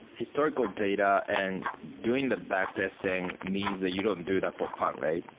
historical data, and doing the back testing means that you don't do that for fun, right?